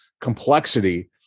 complexity